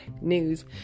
news